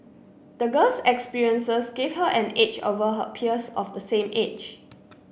the girl's experiences gave her an edge over her peers of the same age